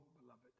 beloved